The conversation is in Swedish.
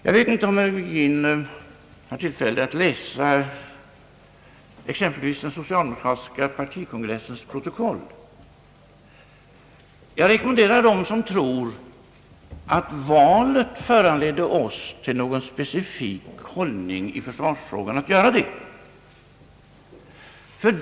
Jag vet inte om herr Virgin har tillfälle att läsa exempelvis den socialdemokratiska partikongressens protokoll. Jag rekommenderar dem som tror, att valet föranledde oss att inta någon specifik hållning i försvarsfrågan, att läsa dessa proto koll.